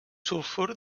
sulfur